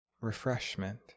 refreshment